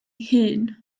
hun